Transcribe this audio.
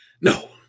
No